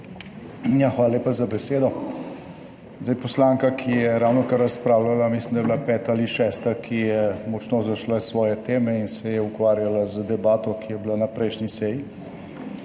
hvala lepa za besedo. Zdaj, poslanka, ki je ravnokar razpravljala, mislim, da je bila peta ali šesta, ki je močno zašla iz svoje teme in se je ukvarjala z debato, ki je bila na prejšnji seji,